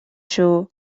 шүү